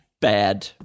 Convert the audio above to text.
bad